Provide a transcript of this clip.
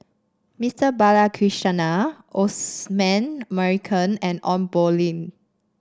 Mister Balakrishnan Osman Merican and Ong Poh Lim